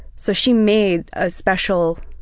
so she made a special